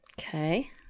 Okay